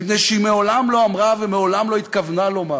מפני שהיא מעולם לא אמרה ומעולם לא התכוונה לומר